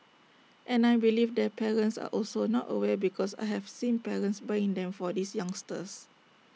and I believe their parents are also not aware because I have seen parents buying them for these youngsters